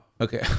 Okay